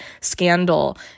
scandal